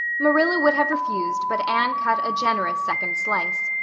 marilla would have refused but anne cut a generous second slice.